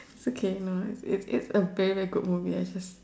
it's okay no it it's a very very good movie I just